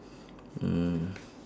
mm